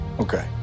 Okay